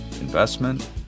investment